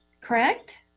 correct